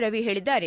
ರವಿ ಹೇಳಿದ್ದಾರೆ